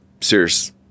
serious